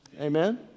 Amen